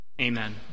Amen